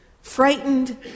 frightened